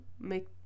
make